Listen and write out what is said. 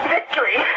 Victory